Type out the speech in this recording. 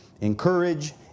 encourage